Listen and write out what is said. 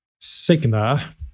sigma